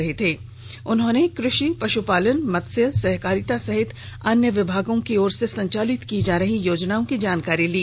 बैठक में उन्होंने कृषि पश्पालन मत्स्य सहकारिता सहित अन्य विभागों की ओर से संचालित की जा रही योजनाओं की जानकारी ली